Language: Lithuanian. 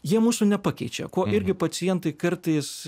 jie mūsų nepakeičia ko irgi pacientai kartais